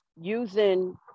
using